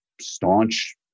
staunch